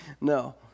No